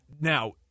Now